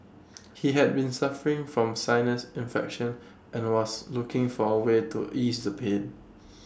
he had been suffering from sinus infection and was looking for A way to ease the pain